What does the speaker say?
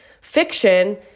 Fiction